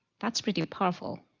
that's pretty powerful.